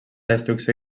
destrucció